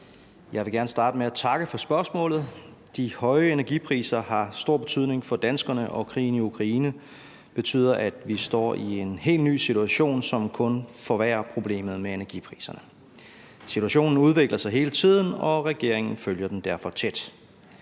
Jeg vil gerne starte med at takke for spørgsmålet. De høje energipriser har stor betydning for danskerne, og krigen i Ukraine betyder, at vi står i en helt ny situation, som kun forværrer problemet med energipriserne. Situationen udvikler sig hele tiden, og regeringen følger den derfor tæt.